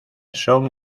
son